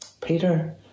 Peter